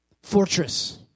Fortress